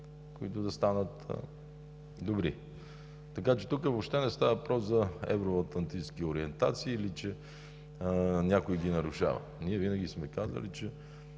които да станат добри. Така че тук въобще не става въпрос за евроатлантически ориентации или, че някой ги нарушава. Ние винаги сме казвали, че